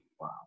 wow